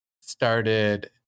started